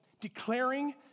declaring